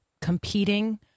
competing